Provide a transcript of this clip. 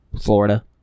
Florida